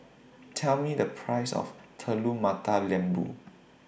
Tell Me The Price of Telur Mata Lembu